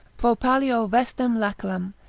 pro pallio vestem laceram,